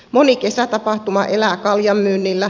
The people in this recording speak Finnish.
moni kesätapahtuma elää kaljanmyynnillä